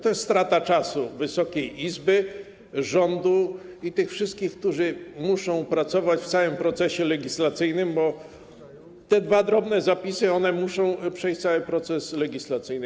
To jest strata czasu Wysokiej Izby, rządu i tych wszystkich, którzy muszą pracować w całym procesie legislacyjnym, bo te dwa drobne zapisy muszą przejść cały proces legislacyjny.